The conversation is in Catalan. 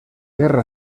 guerra